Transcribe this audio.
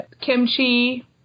Kimchi